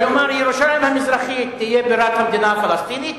כלומר ירושלים המזרחית תהיה בירת המדינה הפלסטינית,